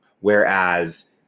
Whereas